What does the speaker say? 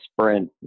sprint